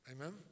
Amen